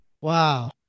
Wow